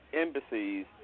embassies